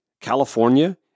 California